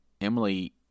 Emily